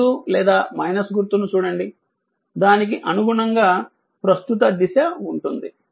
గుర్తు లేదా గుర్తు ను చూడండి దానికి అనుగుణంగా ప్రస్తుత దిశ ఉంటుంది